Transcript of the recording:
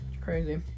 crazy